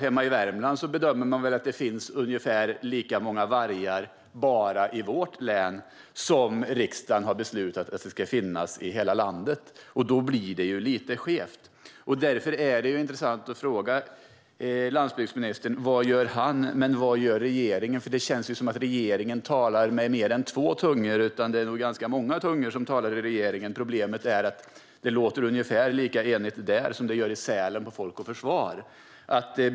Hemma i Värmland bedömer man i dag att det finns ungefär lika många vargar bara i vårt län som riksdagen har beslutat att det ska finnas i hela landet, och då blir det ju lite skevt. Därför är det intressant att fråga vad landsbygdsministern gör och vad regeringen gör. Det känns nämligen som att regeringen talar med ganska många tungor, och det låter ungefär lika enigt som det gör på Folk och Försvar i Sälen.